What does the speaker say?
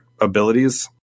abilities